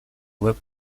łeb